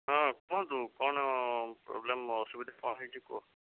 ହଁ କୁହନ୍ତୁ କ'ଣ ପ୍ରୋବ୍ଲେମ୍ ଅସୁବିଧା କ'ଣ ହେଇଛି କୁହ